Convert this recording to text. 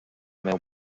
meu